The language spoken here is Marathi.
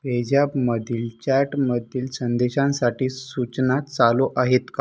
पेझॅपमधील चॅटमधील संदेशांसाठी सूचना चालू आहेत का